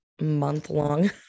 month-long